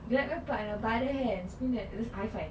grab your partner by the hands eh that's high five